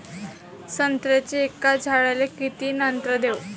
संत्र्याच्या एका झाडाले किती नत्र देऊ?